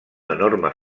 enorme